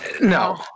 No